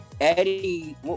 Eddie